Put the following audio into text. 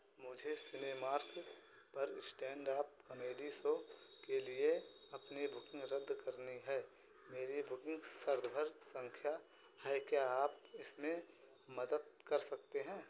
मुझे सिनेमार्क पर standup comedy show के लिए अपनी बुकिंग रद्द करनी है मेरी बुकिंग संख्या है क्या आप इसमें मदद कर सकते हैं